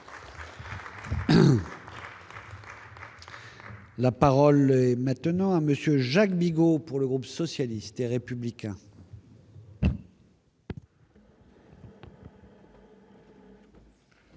La parole est maintenant à monsieur Jacques Bigot pour le groupe socialiste et républicain.